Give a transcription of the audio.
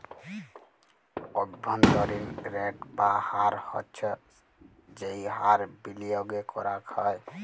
অব্ভন্তরীন রেট বা হার হচ্ছ যেই হার বিলিয়গে করাক হ্যয়